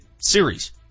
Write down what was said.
series